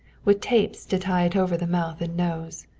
with tapes to tie it over the mouth and nose.